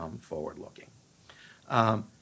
forward-looking